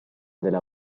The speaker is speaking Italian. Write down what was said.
della